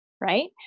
right